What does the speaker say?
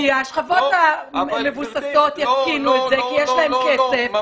-- כי השכבות המבוססות יתקינו את זה כי יש להן כסף -- לא,